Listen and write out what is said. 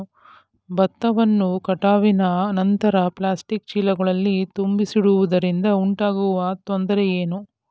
ಭತ್ತವನ್ನು ಕಟಾವಿನ ನಂತರ ಪ್ಲಾಸ್ಟಿಕ್ ಚೀಲಗಳಲ್ಲಿ ತುಂಬಿಸಿಡುವುದರಿಂದ ಉಂಟಾಗುವ ತೊಂದರೆ ಏನು?